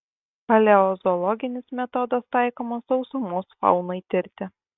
paleozoologinis metodas taikomas sausumos faunai tirti